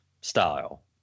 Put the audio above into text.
style